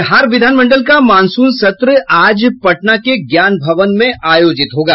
बिहार विधानमंडल का मॉनसून सत्र आज पटना के ज्ञान भवन में आयोजित होगा